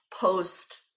post